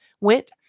went